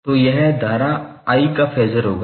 तो यह धारा I का फेजर होगा